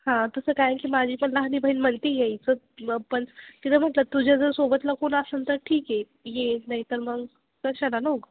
हां तसं काय की माझी पण लहान बहीण म्हणती यायचं मग पण तिला म्हटलं तुझ्या जर सोबतला कोण असेल तर ठीक आहे ये नाही तर मग कशाला ना उगाच